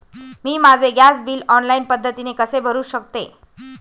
मी माझे gas bill online पद्धतीने कसे भरु शकते?